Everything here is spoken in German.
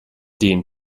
den